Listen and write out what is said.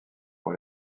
pour